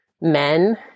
men